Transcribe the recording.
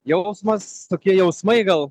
jausmas tokie jausmai gal